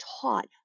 taught